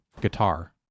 guitar